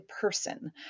person